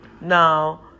Now